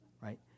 right